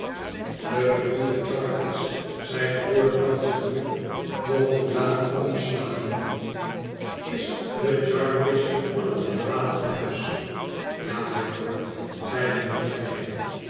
de bedoelde jarndyce zeide de lord-kanselier nog de bladen omslaande is de jarndyce van het verlaten huis ja mylord zeide mijnheer kenge